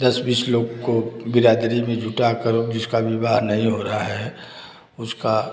दस बीस लोग को बिरादरी में जुटाकर जिसका विवाह नहीं हो रहा है उसका